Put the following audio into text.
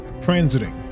transiting